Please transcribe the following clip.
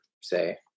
say